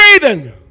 breathing